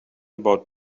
about